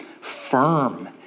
firm